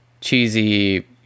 cheesy